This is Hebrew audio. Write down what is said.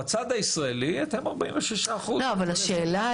בצד הירדני זה 46%. השאלה